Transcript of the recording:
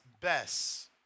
best